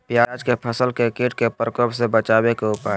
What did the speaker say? प्याज के फसल के कीट के प्रकोप से बचावे के उपाय?